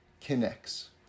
connects